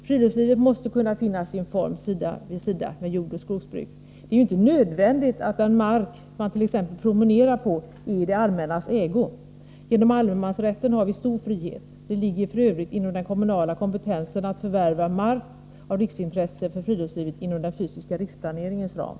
Friluftslivet måste kunna finna sin form sida vid sida med jordoch skogsbruk. Det är ju inte nödvändigt att den mark man t.ex. promenerar på är i det allmännas ägo. Genom allemansrätten har vi stor frihet. Det ligger f. ö. inom den kommunala kompetensen att förvärva mark av riksintresse för friluftslivet inom den fysiska riksplaneringens ram.